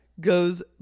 goes